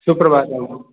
सुप्रभातम्